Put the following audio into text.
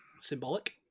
Symbolic